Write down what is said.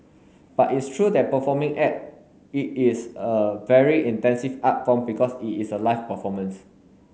but it's true that performing act it is a very intensive art form because it is a live performance